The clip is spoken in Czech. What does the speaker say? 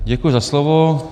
Děkuji za slovo.